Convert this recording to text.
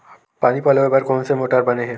पानी पलोय बर कोन मोटर बने हे?